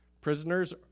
Prisoners